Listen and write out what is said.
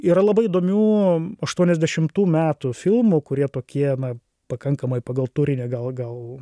yra labai įdomių aštuoniasdešimtų metų filmų kurie tokie na pakankamai pagal turinį gal gal